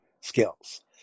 skills